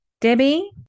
Debbie